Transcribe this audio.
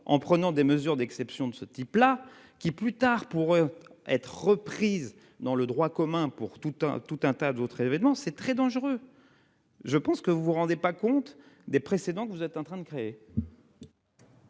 en prenant des mesures d'exception de ce type là, qui plus tard pour être reprise dans le droit commun pour tout un tout un tas d'autres événements, c'est très dangereux. Je pense que vous vous rendez pas compte des précédents, que vous êtes en train de créer.